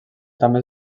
també